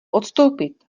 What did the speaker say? odstoupit